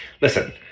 listen